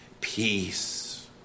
peace